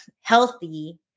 healthy